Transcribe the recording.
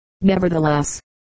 nevertheless